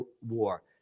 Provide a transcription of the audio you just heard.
war